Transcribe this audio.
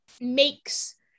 makes